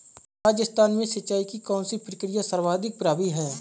राजस्थान में सिंचाई की कौनसी प्रक्रिया सर्वाधिक प्रभावी है?